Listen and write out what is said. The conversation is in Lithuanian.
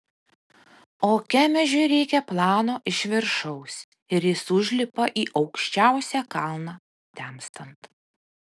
o kemežiui reikia plano iš viršaus ir jis užlipa į aukščiausią kalną temstant